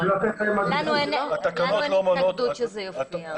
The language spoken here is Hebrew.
לנו אין התנגדות שזה יופיע.